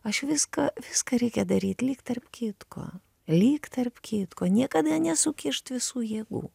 aš viską viską reikia daryt lyg tarp kitko lyg tarp kitko niekada nesukišt visų jėgų